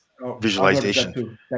visualization